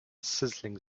sizzling